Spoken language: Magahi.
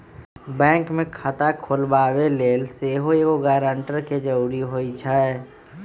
बैंक में खता खोलबाबे लेल सेहो एगो गरानटर के जरूरी होइ छै